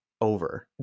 over